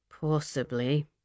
Possibly